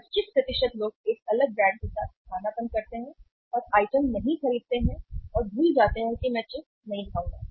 25 लोग एक अलग ब्रांड के साथ स्थानापन्न करते हैं और आइटम नहीं खरीदते हैं भूल जाते हैं कि मैं चिप्स नहीं खाऊंगा